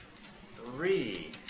three